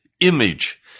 image